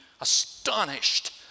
astonished